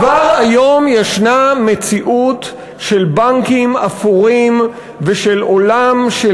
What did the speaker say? כבר היום ישנה מציאות של בנקים אפורים ושל עולם של